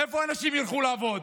איפה אנשים ילכו לעבוד?